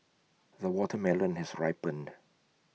the watermelon has ripened